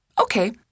Okay